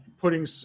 putting